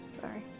Sorry